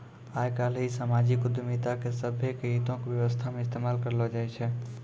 आइ काल्हि समाजिक उद्यमिता के सभ्भे के हितो के व्यवस्था मे इस्तेमाल करलो जाय छै